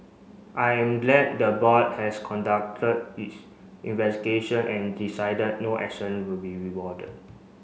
I am glad the board has conducted its investigation and decided no action will be rewarded